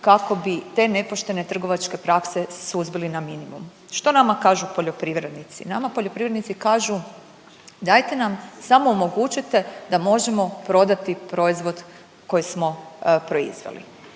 kako bi te nepoštene trgovačke prakse suzbili na minimum. Što nama kažu poljoprivrednici? Nama poljoprivrednici kažu dajte nam samo omogućite da možemo prodati proizvod koji smo proizveli.